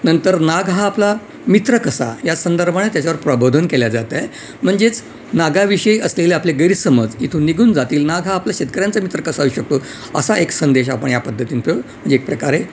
नंतर नाग हा आपला मित्र कसा या संदर्भाने त्याच्यावर प्रबोधन केले जातं आहे म्हणजेच नागाविषयी असलेले आपले गैरसमज इथून निघून जातील नाग हा आपला शेतकऱ्यांचा मित्र कसा होऊ शकतो असा एक संदेश आपण या पद्धतीनं प म्हणजे एक प्रकारे